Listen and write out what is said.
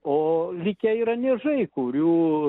o likę yra niežai kurių